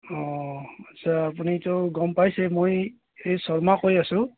অঁ আচ্ছা আপুনিতো গম পাইছেই মই এই শৰ্মা কৈ আছোঁ